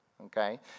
okay